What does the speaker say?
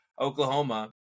Oklahoma